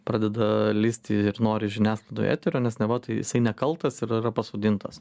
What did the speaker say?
pradeda lįsti ir nori žiniasklaidoj eterio nes neva tai jisai nekaltas ir yra pasodintas